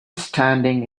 standing